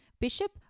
Bishop